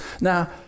Now